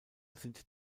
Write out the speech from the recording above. sind